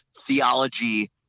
theology